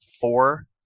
four